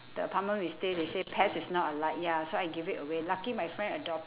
the apartment we stay they say pets is not allowed ya so I give it away lucky my friend adop~